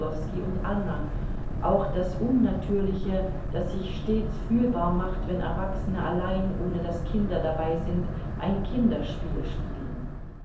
und anna auch das unnatürliche das sich stets fühlbar macht wenn erwachsene allein ohne daß kinder dabei sind ein kinderspiel spielen